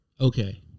okay